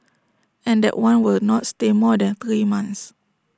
and that one will not stay more than three months